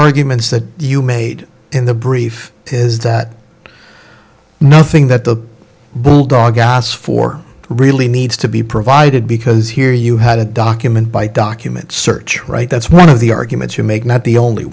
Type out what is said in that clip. arguments that you made in the brief is that nothing that the bulldog asked for really needs to be provided because here you had a document by document search right that's one of the arguments you make not the only